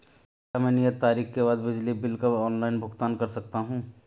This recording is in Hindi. क्या मैं नियत तारीख के बाद बिजली बिल का ऑनलाइन भुगतान कर सकता हूं?